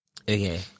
Okay